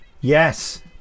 yes